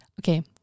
Okay